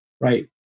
right